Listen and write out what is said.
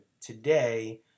today